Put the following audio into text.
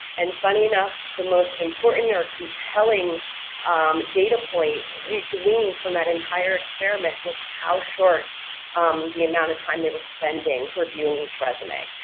and funny enough the most important or compelling data point we gleaned from that entire experiment was how short the amount of time they were spending reviewing each resume.